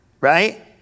Right